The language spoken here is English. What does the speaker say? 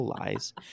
Lies